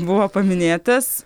buvo paminėtas